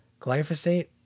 Glyphosate